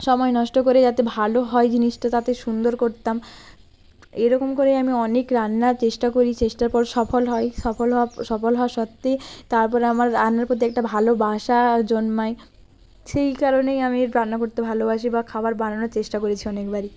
সময় নষ্ট করে যাতে ভালো হয় জিনিসটা তাতে সুন্দর করতাম এরকম করেই আমি অনেক রান্না চেষ্টা করি চেষ্টার পর সফল হয় সফল হওয়া সফল হওয়া সত্ত্বে তারপর আমার রান্নার প্রতি একটা ভালোবাসা জন্মায় সেই কারণেই আমি রান্না করতে ভালোবাসি বা খাবার বানানোর চেষ্টা করেছি অনেকবারই